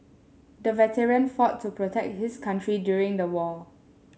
the veteran fought to protect his country during the war